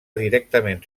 directament